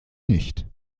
nicht